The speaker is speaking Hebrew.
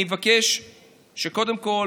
אני מבקש שקודם כול